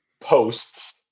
posts